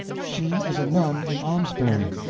she is a nun, in almesbury.